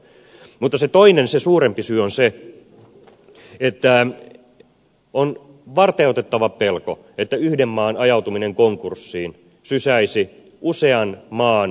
mutta se toinen suurempi syy on se että on varteenotettava pelko että yhden maan ajautuminen konkurssiin sysäisi usean maan vastaavanlaiseen tilanteeseen